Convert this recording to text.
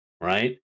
right